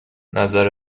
نظر